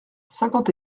cinquante